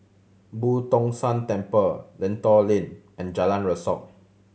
Boo Tong San Temple Lentor Lane and Jalan Rasok